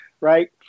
right